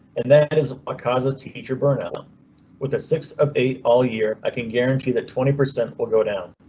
and that and is what ah causes teacher burnout um with the six of eight all year, i can guarantee that twenty percent will go down.